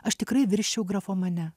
aš tikrai virsčiau grafomane